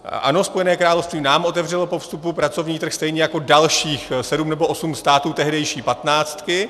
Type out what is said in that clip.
Ano, Spojené království nám otevřelo po vstupu pracovní trh stejně jako dalších sedm nebo osm států tehdejší patnáctky.